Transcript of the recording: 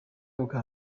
bwa